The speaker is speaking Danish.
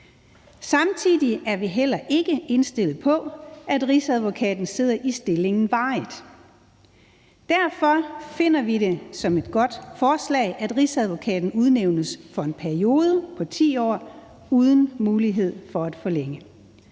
Samtidig er vi heller ikke indstillet på, at rigsadvokaten sidder varigt i stillingen. Derfor finder vi, at det er et godt forslag, at rigsadvokaten udnævnes for en periode på 10 år uden mulighed for forlængelse.